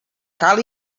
cal